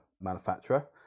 manufacturer